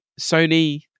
Sony